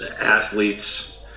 Athletes